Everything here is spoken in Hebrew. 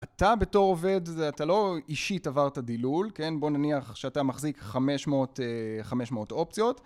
אתה בתור עובד, אתה לא אישית עברת דילול, בוא נניח שאתה מחזיק 500 אופציות